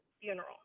funeral